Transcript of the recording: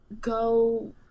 go